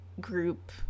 group